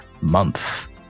month